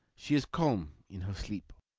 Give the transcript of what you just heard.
she is calm in her sleep.